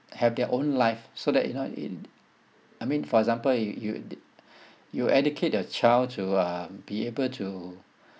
have their own life so that you know it I mean for example you you'd you educate your child to um be able to